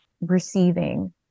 receiving